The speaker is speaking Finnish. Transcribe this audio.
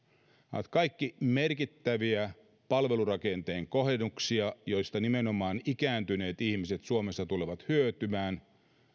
ovat kaikki merkittäviä palvelurakenteen kohennuksia joista nimenomaan ikääntyneet ihmiset suomessa tulevat hyötymään